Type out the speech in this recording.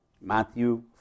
Matthew